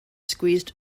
squeezed